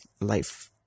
life